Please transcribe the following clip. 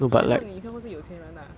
!huh! 这样你以前不是有钱人 ah